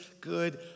good